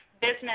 business